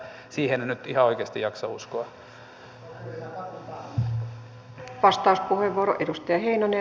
siihen en nyt ihan oikeasti jaksa uskoa